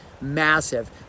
massive